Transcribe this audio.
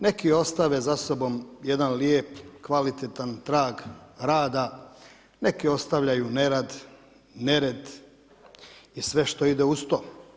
Neki ostave za sobom jedan lijep kvalitetan trag rada, neki ostavljaju nerad, nered i sve što ide uz to.